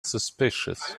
suspicious